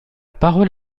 parole